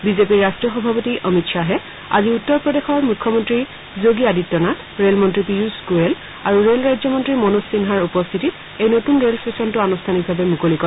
বিজেপিৰ ৰাষ্ট্ৰীয় সভাপতি অমিত খাহে আজি উত্তৰ প্ৰদেশৰ মুখ্যমন্ত্ৰী যোগী আদিত্যনাথ ৰেলমন্ত্ৰী পীয়ুষ গোৱেল আৰু ৰেল ৰাজ্যমন্ত্ৰী মনোজ সিনহাৰ উপস্থিতিত এই নতুন ৰেল ষ্টেচনটো আনুষ্ঠানিকভাৱে মুকলি কৰে